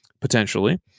Potentially